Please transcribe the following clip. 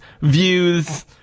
views